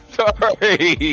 sorry